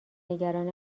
نگران